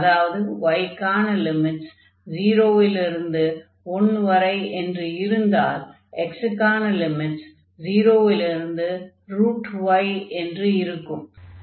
அதாவது y க்கான limits 0 இலிருந்து 1 வரை என்று இருந்தால் x க்கான லிமிட்ஸ் 0 லிருந்து y என்று இருக்கும்